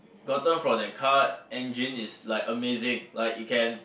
gotten from that car engine is like amazing like it can